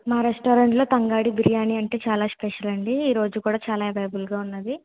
మా రెస్టారెంట్లో తంగడి బిర్యానీ అంటే చాలా స్పెషల్ అండి ఈరోజు కూడా చాలా అవైలబుల్గా ఉంది